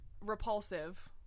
repulsive